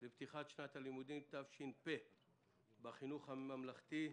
לפתיחת שנת הלימודים תש"ף בחינוך הממלכתי,